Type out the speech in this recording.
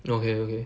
okay okay